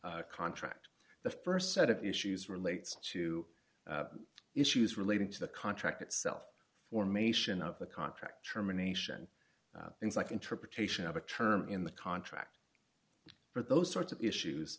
a contract the st set of issues relates to issues relating to the contract itself formation of the contract terminations things like interpretation of a term in the contract for those sorts of issues